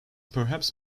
perhaps